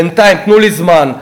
בינתיים תנו לי זמן.